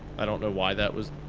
i don't know why that was